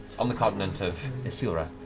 on the continent of isilra.